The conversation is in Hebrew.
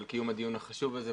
על קיום הדיון החשוב הזה,